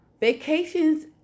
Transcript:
vacations